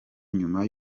nyuma